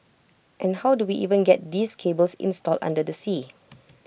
and how do we even get these cables installed under the sea